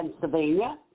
Pennsylvania